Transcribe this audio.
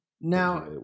Now